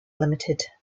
limited